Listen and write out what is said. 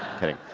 kidding.